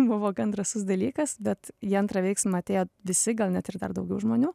buvo gan drąsus dalykas bet į antrą veiksmą atėjo visi gal net ir dar daugiau žmonių